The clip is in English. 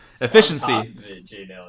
efficiency